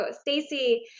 Stacey